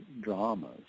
dramas